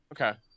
Okay